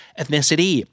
ethnicity